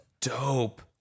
dope